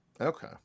okay